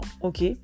ok